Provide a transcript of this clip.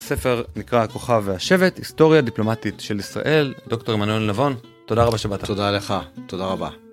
ספר נקרא הכוכב והשבט, היסטוריה הדיפלומטית של ישראל, דוקטור עמנואל נבון. תודה רבה שבאת. תודה לך, תודה רבה.